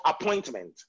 appointment